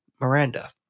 Miranda